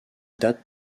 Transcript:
date